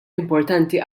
importanti